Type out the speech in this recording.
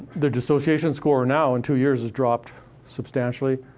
their dissociation score now, in two years, has dropped substantially.